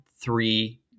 three